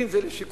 אם זה לשיכון,